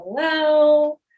hello